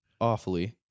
awfully